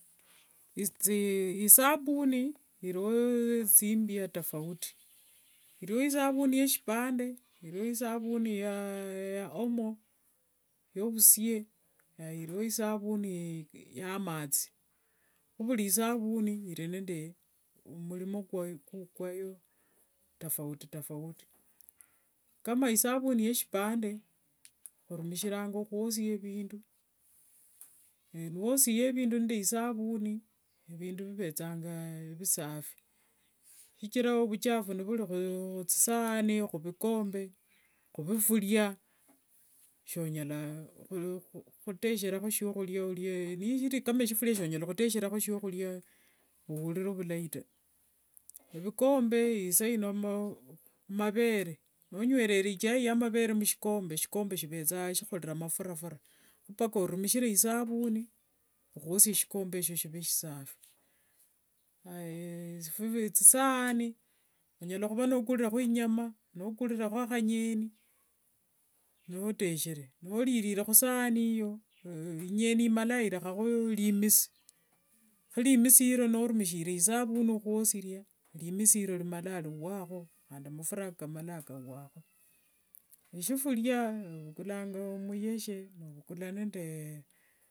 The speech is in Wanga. isabuni iriwo thimbia tofauti, iriwo isabuni yeshipande, iriwo isabuni ya omo, yovusie naye iriwo isabuni yamathi, kho vuri isabuni iri nende murimo kwayo, tafautitafauti, kama isabuni yeshipande orumishiranga mukhwosia phindu, naye niwosie vindu nde isabuni, vindu vuvethanga visafi, shichira vusafi nivuri khuthisani, khuvikombe, khuvifuria shonyala khutesherakho vyakhuria orie, nishiri kama sifuria sonyala khutesherakho vyakhuria orie ourire philayi taa, evikombe esaino amavere, nonywerere mushikombe ichai ya mavere shikombe shivethanga nishikhorere amafurafura mpaka orumishire isabuni, khuwoshie shikombe esho shive shisafi, aya thisani onyala khuva nokurirekho inyama nokurirekho khanyeni noteshere, noririrekho khu sani iyo inyeni imalanga irekhakho erimisi kho rimisi ero norumikhira isabuni khwosia, rimisi eryo rimalanga rivwakho khandi mafura ako kamalanga nekavwakho, eshifuria ovukulanga muyeshe novukula nende.